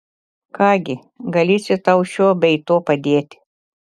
ką gi galėčiau tau šiuo bei tuo padėti